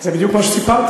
זה בדיוק מה שסיפרתי,